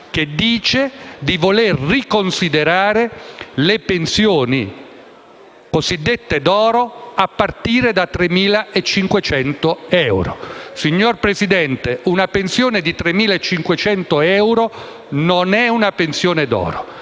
che dice di volere riconsiderare le pensioni cosiddette d'oro a partire da 3.500 euro. Signor Presidente, una pensione di 3.500 euro non è d'oro